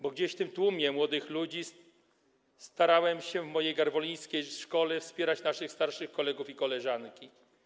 Bo będąc w tym tłumie młodych ludzi, starałem się w mojej garwolińskiej szkole wspierać naszych starszych kolegów i koleżanki.